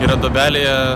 yra duobelėje